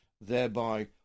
thereby